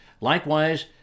Likewise